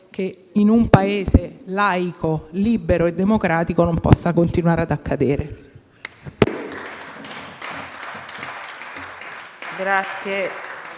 che in un Paese laico, libero e democratico ciò non possa continuare ad accadere.